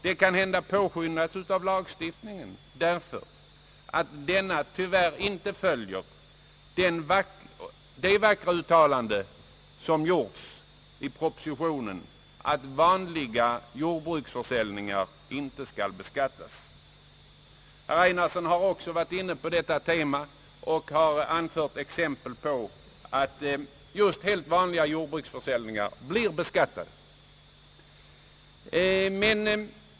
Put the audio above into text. Det kan hända att detta har påtvingats av lagstiftningen, därför att denna tyvärr inte följer det vackra uttlande som gjorts i propositionen, att vanliga jordbruksförsälj ningar inte skall beskattas. Herr Enarsson har också varit inne på detta tema och har anfört exempel på att just helt vanliga jordbruksförsäljningar blir beskattade.